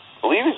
believe